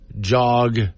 jog